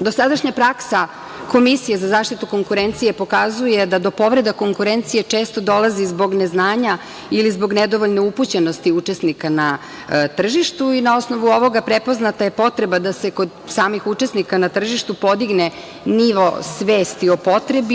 Dosadašnja praksa Komisije za zaštitu konkurencije pokazuje da do povreda konkurencije često dolazi zbog neznanja ili zbog nedovoljne upućenosti učesnika na tržištu i na osnovu ovoga prepoznata je potreba da se kod samih učesnika na tržištu podigne nivo svesti o potrebi, ali